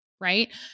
right